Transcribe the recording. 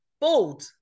Bold